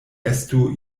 estu